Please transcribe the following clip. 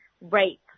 rape